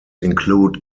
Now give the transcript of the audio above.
include